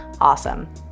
Awesome